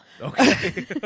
Okay